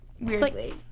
Weirdly